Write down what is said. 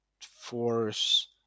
force